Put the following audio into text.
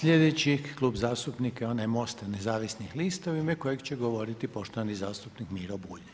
Sljedeći klub zastupnika je onaj MOST-a Nezavisnih lista u ime kojeg će govoriti poštovani zastupnik Miro Bulj.